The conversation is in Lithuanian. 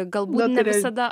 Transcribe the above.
galbūt ne visada